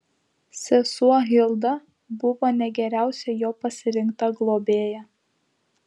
sesuo hilda buvo ne geriausia jo pasirinkta globėja